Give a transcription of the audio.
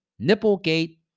Nipplegate